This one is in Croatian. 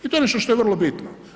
I to je nešto što je vrlo bitno.